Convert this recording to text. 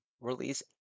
release